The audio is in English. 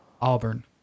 Auburn